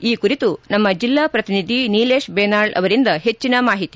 ಈ ಕುರಿತು ನಮ್ನ ಜೆಲ್ಲಾ ಪ್ರತಿನಿಧಿ ನೀಲೇಶ್ ಬೇನಾಳ್ ಅವರಿಂದ ಹೆಚ್ಚಿನ ಮಾಹಿತಿ